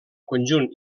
conjunt